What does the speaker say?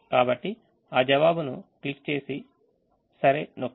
కాబట్టి ఆ జవాబును క్లిక్ చేసి సరే నొక్కండి